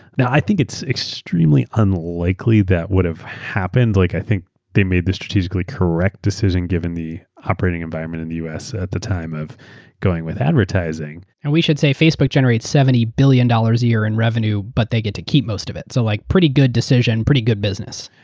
i think it's extremely unlikely that would have happened. like i think they made this strategically correct decision given the operating environment in the us at the time of going with advertising. and we should say facebook generates seventy billion dollars a year in revenue, but they get to keep most of it. so like pretty good decision, pretty good business.